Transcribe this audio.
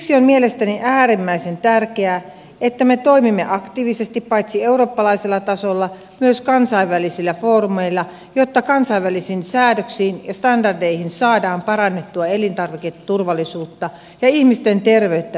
siksi on mielestäni äärimmäisen tärkeää että me toimimme aktiivisesti paitsi eurooppalaisella tasolla myös kansainvälisillä foorumeilla jotta kansainvälisin säädöksin ja standardein saadaan parannettua elintarviketurvallisuutta ja ihmisten terveyttä myös maailmanlaajuisesti